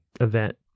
event